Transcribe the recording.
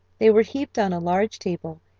they were heaped on a large table,